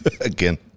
Again